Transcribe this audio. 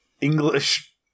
English